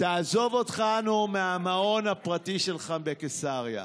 תעזוב אותנו מהמעון הפרטי שלך בקיסריה,